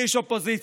אני איש אופוזיציה,